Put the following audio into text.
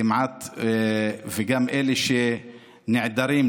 גם אלה שנעדרים,